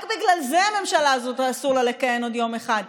רק בגלל זה לממשלה הזאת אסור לכהן עוד יום אחד.